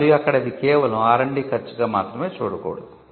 మరియు అక్కడ ఇది కేవలం R D ఖర్చుగా మాత్రమే చూడకూడదు